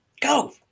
go